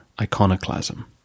iconoclasm